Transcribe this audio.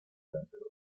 vencedor